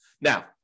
Now